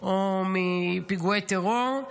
או מפיגועי טרור,